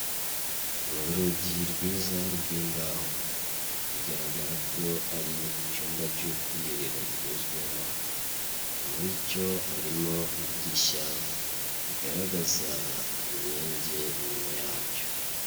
Ni urugi rwiza rw'imbaho, bigaragara ko ari icyumba cy'ubwiherero bugezweho, muri cyo harimo idirishya rigaragaza imyenge inyuma yaryo.